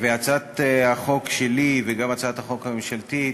הצעת החוק שלי, וגם הצעת החוק הממשלתית,